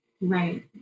Right